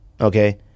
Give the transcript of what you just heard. Okay